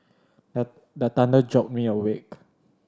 the the thunder jolt me awake